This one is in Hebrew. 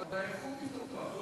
אבל האיכות היא טובה,